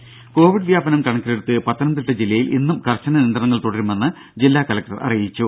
ദേദ കോവിഡ് വ്യാപനം കണക്കിലെടുത്ത് പത്തനംതിട്ട ജില്ലയിൽ ഇന്നും കർശന നിയന്ത്രണങ്ങൾ തുടരുമെന്ന് ജില്ലാ കലക്ടർ അറിയിച്ചു